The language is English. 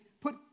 put